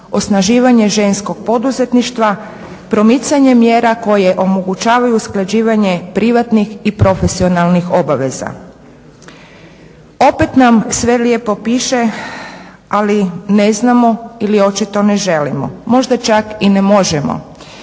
osnaživanje ženskog poduzetništva, promicanje mjera koje omogućavaju usklađivanje privatnih i profesionalnih obaveza. Opet nam sve lijepo piše, ali ne znamo ili očito ne želimo, možda čak i ne možemo.